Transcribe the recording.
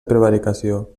prevaricació